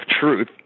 truth